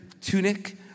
tunic